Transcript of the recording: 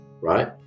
right